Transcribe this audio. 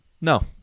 no